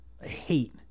hate